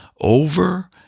over